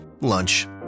lunch